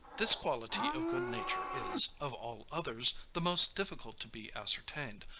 this quality of good nature is, of all others, the most difficult to be ascertained,